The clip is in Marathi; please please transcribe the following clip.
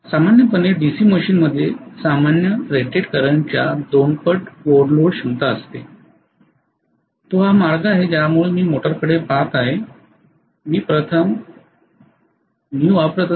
सामान्यपणे डीसी मशीनमध्ये सामान्य रेटेडकरंटच्या 2 पट ओव्हरलोड क्षमता असते तो हा मार्ग आहे ज्यामुळे मी मोटरकडे पाहत आहे मी वापरत असलेला व्होल्टेज किती आहे हे मी प्रथम पहात आहे